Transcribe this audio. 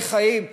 זה חיים?